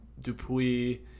Dupuis